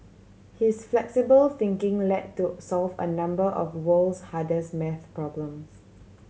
his flexible thinking led to solve a number of world's hardest math problems